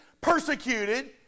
persecuted